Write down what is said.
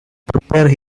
prepare